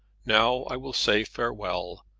now i will say farewell,